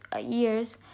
years